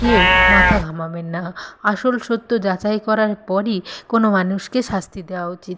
কেউ মাথা ঘামাবেন না আসল সত্য যাচাই করার পরই কোনো মানুষকে শাস্তি দেওয়া উচিত